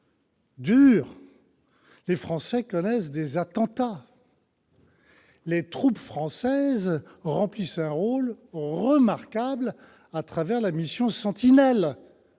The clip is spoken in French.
dure. Les Français connaissent des attentats. Les troupes françaises remplissent un rôle remarquable à travers la mission Sentinelle